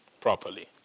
properly